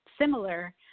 similar